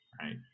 right